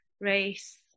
race